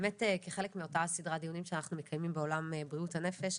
באמת כחלק מאותה סדרת דיונים שאנחנו מקיימים בעולם בריאות הנפש,